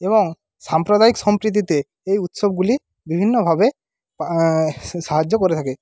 এবং সাম্প্রদায়িক সম্প্রীতিতে এই উৎসবগুলি বিভিন্নভাবে সাহায্য করে থাকে